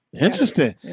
Interesting